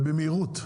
ובמהירות,